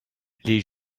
les